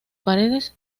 paredes